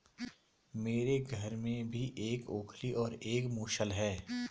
मेरे घर में भी एक ओखली और एक मूसल है